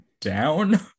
down